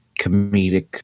comedic